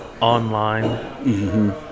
Online